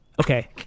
Okay